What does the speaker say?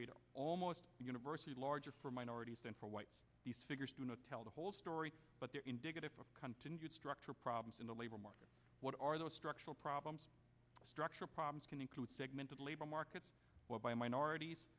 are almost universally larger for minorities than for whites these figures do not tell the whole story but they are indicative of continued structural problems in the labor market what are those structural problems structural problems can include segment of the labor market where by minorities